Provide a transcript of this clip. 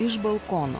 iš balkono